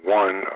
one